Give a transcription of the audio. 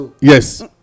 yes